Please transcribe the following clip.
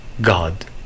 God